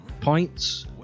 points